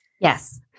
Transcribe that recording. Yes